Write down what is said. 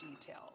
detail